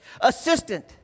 Assistant